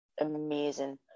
amazing